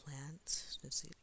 plants